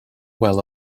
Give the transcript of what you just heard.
well